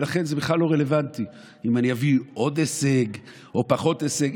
ולכן זה בכלל לא רלוונטי אם אני אביא עוד הישג או פחות הישג.